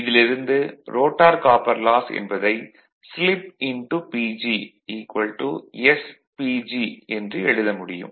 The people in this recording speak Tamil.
இதிலிருந்து ரோட்டார் காப்பர் லாஸ் என்பதை ஸ்லிப்PG sPG என்று எழுத முடியும்